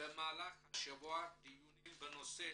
במהלך השבוע דיונים בנושא